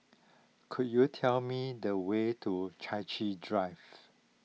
could you tell me the way to Chai Chee Drive